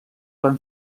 van